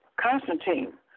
Constantine